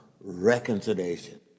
reconciliation